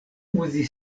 uzi